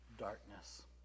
Darkness